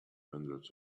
hundreds